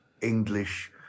English